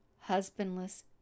husbandless